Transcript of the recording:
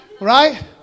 Right